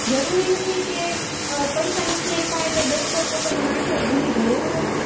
જરૂરી નથી કે પૈસા નથી આપ્યા એટલે ડૉક્ટર પોતાની માણસાઈ ભૂલી જાય એવું નથી